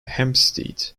hempstead